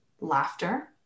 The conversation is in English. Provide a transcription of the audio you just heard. laughter